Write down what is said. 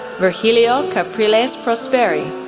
virgilio capriles prosperi,